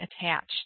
attached